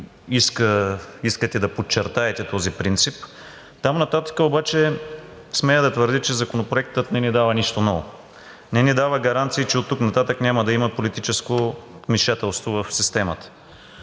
искате да подчертаете този принцип. Оттам нататък обаче смея да твърдя, че Законопроектът не ни дава нищо ново. Не ни дава гаранция, че оттук нататък няма да има политическо вмешателство в системата.